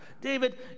David